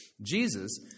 Jesus